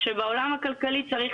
שבעולם הכלכלי צריך